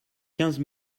quinze